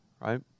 right